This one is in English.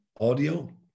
audio